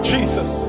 Jesus